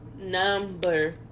Number